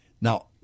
Now